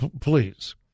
please